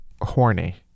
horny